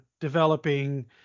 developing